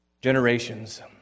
generations